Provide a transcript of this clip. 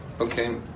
okay